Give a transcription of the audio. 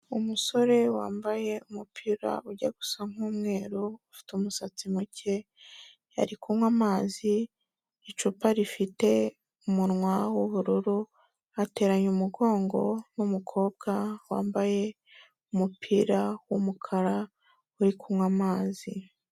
Umusore wambaye umupira ujya gusa nk'umweru, ufite umusatsi muke, ari kunywa amazi, icupa rifite umunwa w'ubururu, ateranya umugongo n'umukobwa wambaye umupira w'umukara, uri kunywa amazi.